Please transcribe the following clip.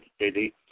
JD